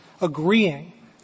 agreeing